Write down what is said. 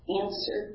answer